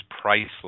priceless